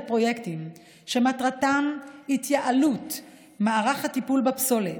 פרויקטים שמטרתם התייעלות מערך הטיפול בפסולת,